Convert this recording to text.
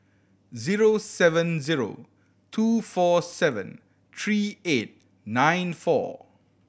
zero seven zero two four seven three eight nine four